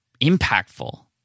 impactful